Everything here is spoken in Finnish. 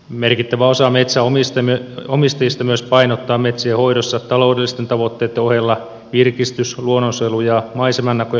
merkittävä osa metsänomistajista myös painottaa metsien hoidossa taloudellisten tavoitteitten ohella virkis tys luonnonsuojelu ja maisemanäkökohtia